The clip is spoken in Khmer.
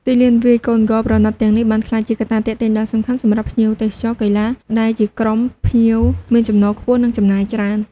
ទីលានវាយកូនហ្គោលប្រណីតទាំងនេះបានក្លាយជាកត្តាទាក់ទាញដ៏សំខាន់សម្រាប់ ភ្ញៀវទេសចរកីឡា ដែលជាក្រុមភ្ញៀវមានចំណូលខ្ពស់ និងចំណាយច្រើន។